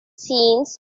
scenes